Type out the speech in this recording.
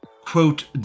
quote